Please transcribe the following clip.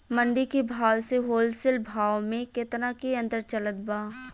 मंडी के भाव से होलसेल भाव मे केतना के अंतर चलत बा?